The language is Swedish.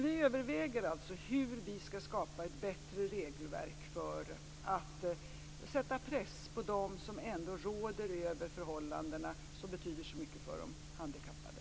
Vi överväger alltså hur vi skall skapa ett bättre regelverk för att sätta press på dem som råder över de förhållanden som betyder så mycket för de handikappade.